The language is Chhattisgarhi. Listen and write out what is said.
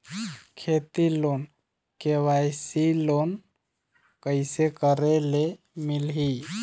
खेती लोन के.वाई.सी लोन कइसे करे ले मिलही?